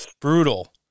Brutal